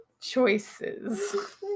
choices